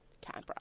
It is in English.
Canberra